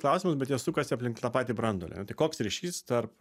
klausimus bet jie sukasi aplink tą patį branduolį o tai koks ryšys tarp